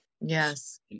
yes